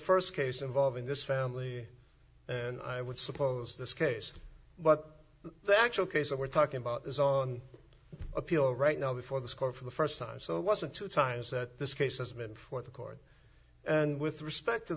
the st case involving this family and i would suppose this case but the actual case that we're talking about is on appeal right now before this court for the st time so it wasn't two times that this case has been for the court and with respect to